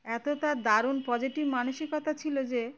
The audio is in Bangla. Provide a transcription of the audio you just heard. এত তার দারুণ পজিটিভ মানসিকতা ছিল যে